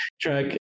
track